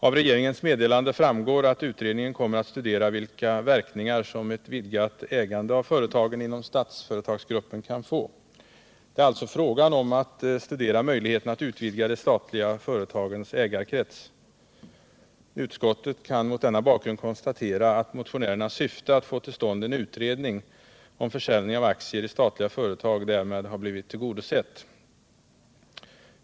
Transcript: Av regeringens meddelande framgår att utredningen kommer att studera vilka verkningar ett vidgat ägande av företagen inom Statsföretagsgruppen kan få. Det är alltså fråga om att studera möjligheterna att utvidga de statliga företagens ägarkrets. Utskottet kan mot denna bakgrund konstatera att motionärernas syfte att få till stånd en utredning om försäljning av aktier i statliga företag därmed har blivit tillgodosett.